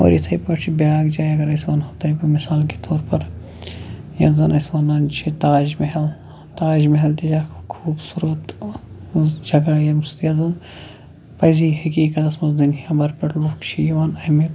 اور اِتھٕے پٲٹھۍ چھِ بیاکھ جاے اگر أسۍ وَنہو تۄہہِ بہٕ مِثال کے طور پَر یَتھ زَن أسۍ وَنان چھِ تاج محل تاج محل تہِ چھِ اکھ خوٗبصوٗرت جگہ ییٚمہِ سۭتۍ یَتھ زَن پَزی حقیٖقتَس منٛز دُنیاہ بر پٮ۪ٹھ لُکھ چھِ یِوان اَمیُک